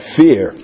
fear